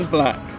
Black